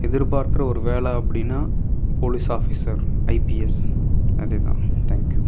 எதிர்பார்க்குற ஒரு வேலை அப்படின்னா போலீஸ் ஆஃபீஸர் ஐபிஎஸ் அதே தான் தேங்க்யூ